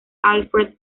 alfred